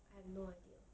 I have no idea